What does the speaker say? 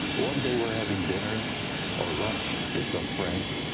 one day we're having dinner or lunch with some friends,